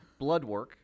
Bloodwork